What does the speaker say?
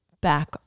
back